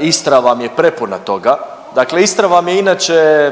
Istra vam je prepuna toga, dakle Istra vam je inače